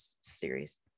series